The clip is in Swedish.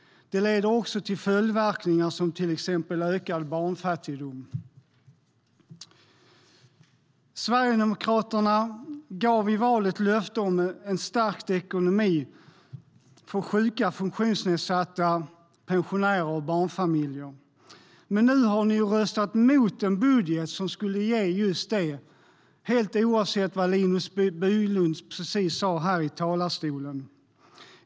Det leder också till följdverkningar som till exempel ökad barnfattigdom. Sverigedemokraterna gav i valet löfte om stärkt ekonomi för sjuka, funktionsnedsatta, pensionärer och barnfamiljer. Men nu har ni röstat mot en budget som skulle ge just det, helt oavsett vad Linus Bylund precis sa här i talarstolen.